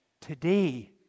today